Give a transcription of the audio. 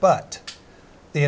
but the